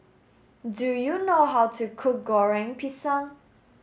do you know how to cook Goreng Pisang